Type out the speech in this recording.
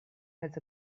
has